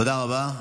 תודה רבה.